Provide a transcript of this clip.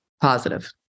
positive